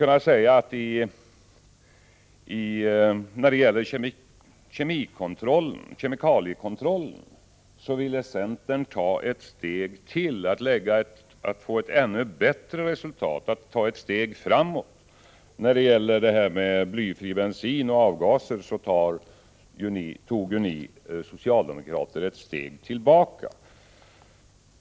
När det gäller kemikaliekontrollen ville centern få ett ännu bättre resultat och ta ett steg framåt. Beträffande blyfri bensin och avgaser tog ju ni socialdemokrater ett steg tillbaka.